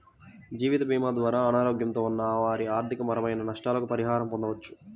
జీవితభీమా ద్వారా అనారోగ్యంతో ఉన్న వారి ఆర్థికపరమైన నష్టాలకు పరిహారం పొందవచ్చు